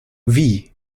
wie